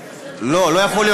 מה לא יכול להיות?